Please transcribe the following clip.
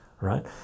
right